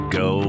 go